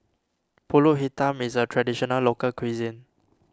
Pulut Hitam is a Traditional Local Cuisine